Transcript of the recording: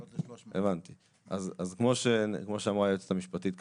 כמו שאמרה היועצת המשפטית,